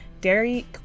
Dairy